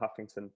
huffington